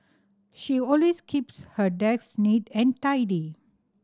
she always keeps her desk neat and tidy